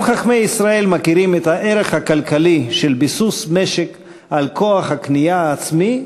גם חכמי ישראל מכירים את הערך הכלכלי של ביסוס משק על כוח הקנייה העצמי,